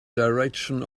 direction